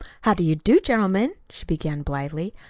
how do you do, gentlemen, she began blithely.